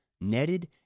netted